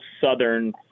southern